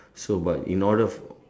so but in order for